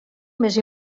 més